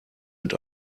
mit